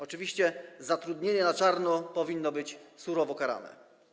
Oczywiście zatrudnienie na czarno powinno być surowo karane.